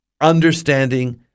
understanding